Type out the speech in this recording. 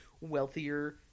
wealthier